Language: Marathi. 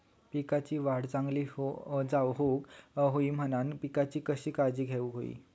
पिकाची वाढ चांगली होऊक होई म्हणान पिकाची काळजी कशी घेऊक होई?